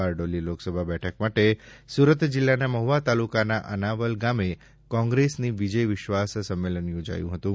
બારડોલી લોકસભા બેઠક માટે સુરત જિલ્લાના મહુવા તાલુકાના અનાવલ ગામે કોંગ્રેસનું વિજય વિશ્વાસ સંમેલન યોજાયું હતું